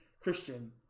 Christian